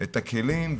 את הכלים,